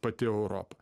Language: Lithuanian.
pati europa